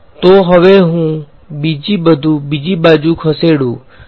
તો હવે હુ બીજું બધું બીજી બાજુ ખસેડું